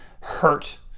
hurt